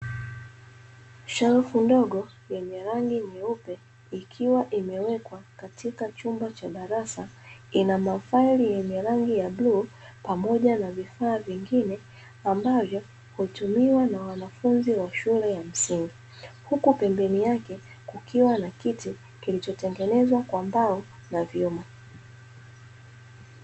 Shelfu ndogo yenye rangi nyeupe, ikiwa imewekwa katika chumba cha darasa, ina mafaili yenye rangi ya bluu pamoja na vifaa vingine, ambavyo hutumiwa na wanafunzi wa shule ya msingi. Huku pembeni yake kukiwa na kiti kilichotengenezwa kwa mbao na vyuma.